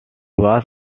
was